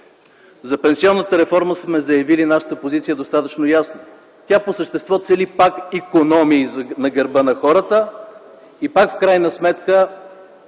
За пенсионната реформа сме заявили нашата позиция достатъчно ясно. Тя по същество цели пак икономии на гърба на хората и пак в крайна сметка